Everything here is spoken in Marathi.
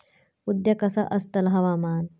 उद्या कसा आसतला हवामान?